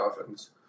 offense